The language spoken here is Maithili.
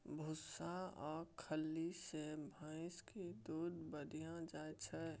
भुस्सा आ खल्ली सँ भैंस केर दूध बढ़ि जाइ छै